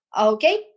okay